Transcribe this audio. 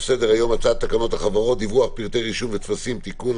על סדר-היום: הצעת תקנות החברות (דיווח פרטי רישום וטפסים) (תיקון),